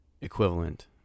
equivalent